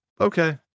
okay